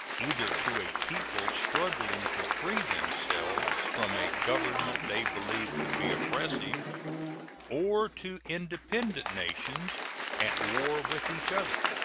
either to a people struggling to free themselves from a government they believe to be oppressive or to independent nations at war with each other.